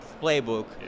playbook